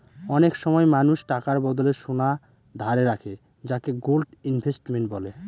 অনেক সময় মানুষ টাকার বদলে সোনা ধারে রাখে যাকে গোল্ড ইনভেস্টমেন্ট বলে